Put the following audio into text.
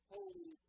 Holy